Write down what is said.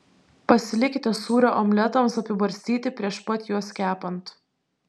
pasilikite sūrio omletams apibarstyti prieš pat juos kepant